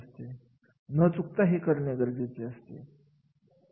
म्हणून कार्याचे वर्णन विचारात घेणे गरजेचे असते